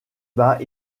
bas